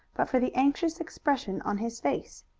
but for the anxious expression on his face.